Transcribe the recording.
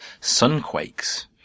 sunquakes